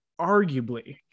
arguably